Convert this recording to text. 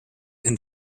and